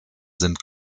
sind